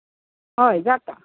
हय जाता